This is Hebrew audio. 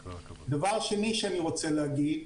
שנית,